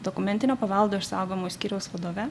dokumentinio paveldo išsaugojimo skyriaus vadove